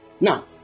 now